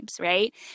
right